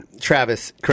Travis